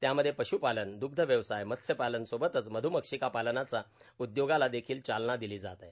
त्यामध्ये पश्पालन द्रग्ध व्यवसाय मत्स्यपालन सोबतच मध्मक्षिका पालनाचा उद्योगाला देखील चालना दिली जात आहे